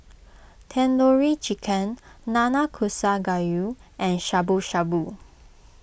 Tandoori Chicken Nanakusa Gayu and Shabu Shabu